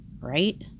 right